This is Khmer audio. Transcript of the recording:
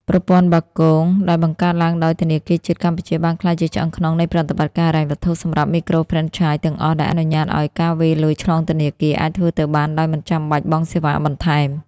ប្រព័ន្ធ បាគង (Bakong) ដែលបង្កើតឡើងដោយធនាគារជាតិកម្ពុជា បានក្លាយជាឆ្អឹងខ្នងនៃប្រតិបត្តិការហិរញ្ញវត្ថុសម្រាប់មីក្រូហ្វ្រេនឆាយទាំងអស់ ដែលអនុញ្ញាតឱ្យការវេរលុយឆ្លងធនាគារអាចធ្វើទៅបានដោយមិនចាំបាច់បង់សេវាបន្ថែម។